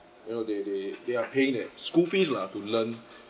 you know they they they are paying their school fees lah to learn